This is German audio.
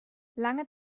lange